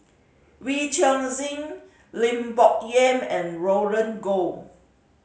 Wee Chong Jin Lim Bo Yam and Roland Goh